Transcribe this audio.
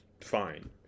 fine